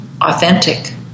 authentic